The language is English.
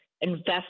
invest